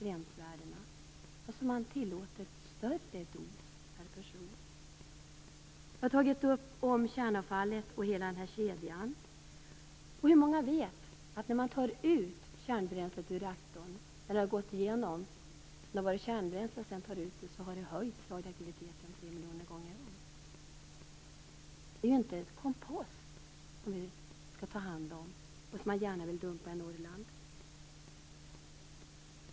Större dos per person skall tillåtas. Jag har tagit upp frågan om hela kedjan av kärnavfall. Hur många vet att när kärnbränslet tas ut ur reaktorn har radioaktiviteten höjts tre miljoner gånger? Det är inte kompost som skall tas om hand och som skall dumpas i Norrland.